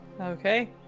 Okay